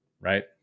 right